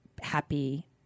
happy